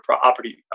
property